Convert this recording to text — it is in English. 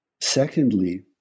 secondly